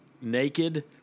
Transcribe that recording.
naked